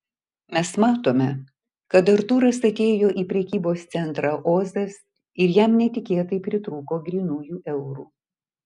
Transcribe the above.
mes matome kad artūras atėjo į prekybos centrą ozas ir jam netikėtai pritrūko grynųjų eurų